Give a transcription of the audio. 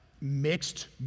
mixed